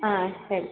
ಹಾಂ ಸರಿ